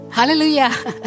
Hallelujah